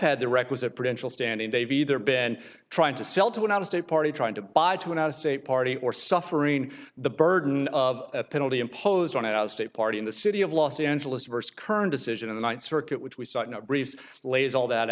had the requisite potential standing they've either been trying to sell to an out of state party trying to buy to an out of state party or suffering the burden of a penalty imposed on the out of state party in the city of los angeles versus current decision in the ninth circuit which we saw briefs lays all that